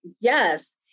yes